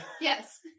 yes